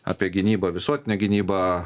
apie gynybą visuotinę gynybą